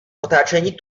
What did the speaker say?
otáčení